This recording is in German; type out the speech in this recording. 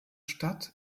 stadt